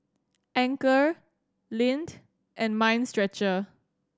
Anchor Lindt and Mind Stretcher